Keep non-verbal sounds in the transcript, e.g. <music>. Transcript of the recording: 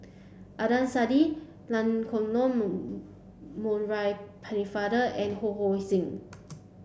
Adnan Saidi <unintelligible> Pennefather and Ho Hong Sing